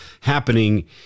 happening